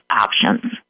options